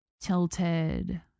tilted